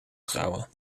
trouwen